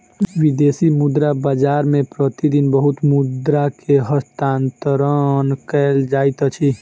विदेशी मुद्रा बाजार मे प्रति दिन बहुत मुद्रा के हस्तांतरण कयल जाइत अछि